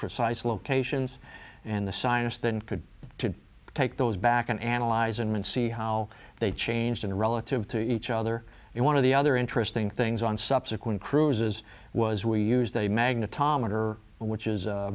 precise locations and the science than could to take those back and analyze them and see how they changed in relative to each other and one of the other interesting things on subsequent cruises was we used a magnetometer which